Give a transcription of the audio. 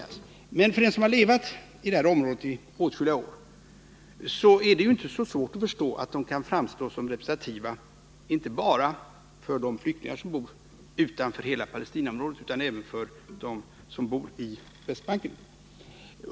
Men för den som har levat i det här området i åtskilliga år är det inte så svårt att förstå att den kan framstå som representativ inte bara för de flyktingar som bor utanför Palestinaområdet utan även för dem som bor på Västbanken.